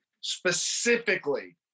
specifically